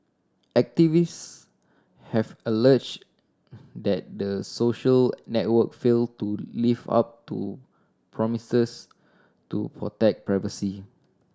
activists have alleged that the social network failed to live up to promises to protect privacy